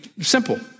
simple